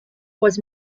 was